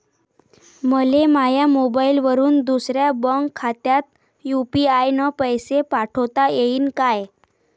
मले माह्या मोबाईलवरून दुसऱ्या बँक खात्यात यू.पी.आय न पैसे पाठोता येईन काय?